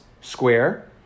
square